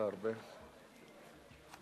(תיקון מס' 54) (עיצומים כספיים),